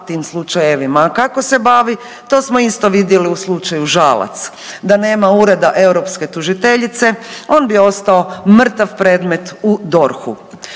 tim slučajevima, a kako se bavi to smo isto vidjeli u slučaju Žalac. Da nema ureda europske tužiteljice on bi ostao mrtav predmet u DORH-u.